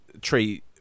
Tree